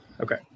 Okay